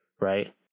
right